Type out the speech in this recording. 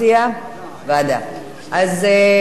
ועדה, אלא אם כן יש הצעות אחרות.